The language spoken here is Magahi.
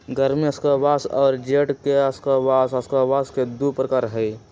गर्मी स्क्वाश और जेड के स्क्वाश स्क्वाश के दु प्रकार हई